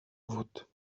wód